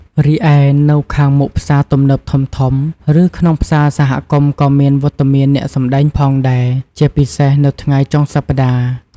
រីឯ នៅខាងមុខផ្សារទំនើបធំៗ ឬក្នុងផ្សារសហគមន៍ក៏មានវត្តមានអ្នកសម្ដែងផងដែរ ជាពិសេសនៅថ្ងៃចុងសប្ដាហ៍។